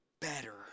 better